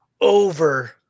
over